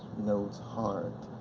nodes hard,